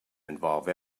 involve